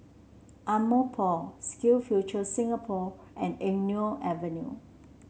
Ardmore Park SkillsFuture Singapore and Eng Neo Avenue